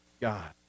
God